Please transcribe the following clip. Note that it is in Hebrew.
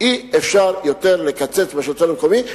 אי-אפשר לקצץ יותר בשלטון המקומי,